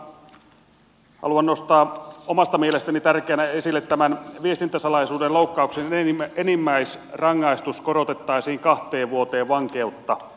toisena kohtana haluan nostaa omasta mielestäni tärkeänä esille tämän että viestintäsalaisuuden loukkauksen enimmäisrangaistus korotettaisiin kahteen vuoteen vankeutta